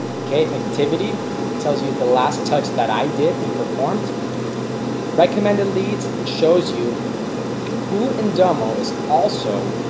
okay activity tells you the last touch that i did and performed recommended leads shows you who in duomo is also